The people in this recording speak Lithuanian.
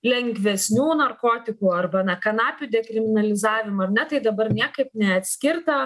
lengvesnių narkotikų arba na kanapių dekriminalizavimą ar ne tai dabar niekaip neatskirta